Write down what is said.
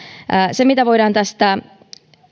se mitä voidaan tästä